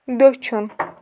دٔچھُن